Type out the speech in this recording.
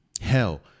Hell